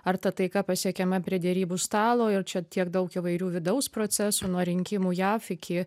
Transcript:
ar ta taika pasiekiama prie derybų stalo jau čia tiek daug įvairių vidaus procesų nuo rinkimų jav iki